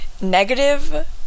negative